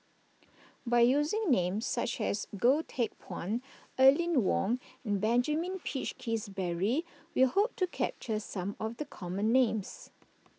by using names such as Goh Teck Phuan Aline Wong and Benjamin Peach Keasberry we hope to capture some of the common names